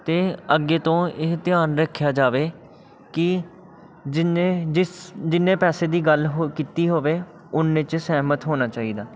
ਅਤੇ ਅੱਗੇ ਤੋਂ ਇਹ ਧਿਆਨ ਰੱਖਿਆ ਜਾਵੇ ਕਿ ਜਿੰਨੇ ਜਿਸ ਜਿੰਨੇ ਪੈਸੇ ਦੀ ਗੱਲ ਹੋ ਕੀਤੀ ਹੋਵੇ ਉੰਨੇ 'ਚ ਸਹਿਮਤ ਹੋਣਾ ਚਾਹੀਦਾ